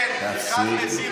חבר שלי,